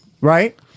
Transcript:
right